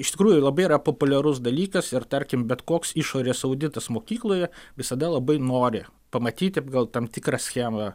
iš tikrųjų labai yra populiarus dalykas ir tarkim bet koks išorės auditas mokykloje visada labai nori pamatyti gal tam tikrą schemą